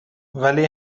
ولی